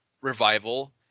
revival